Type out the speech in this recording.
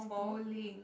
bowling